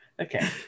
Okay